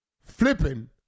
Flipping